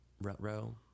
row